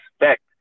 expect